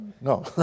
No